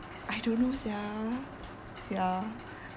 I don't know sia ya